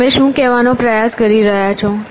તમે શું કહેવાનો પ્રયાસ કરી રહ્યા છો